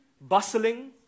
bustling